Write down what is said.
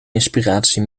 inspiratie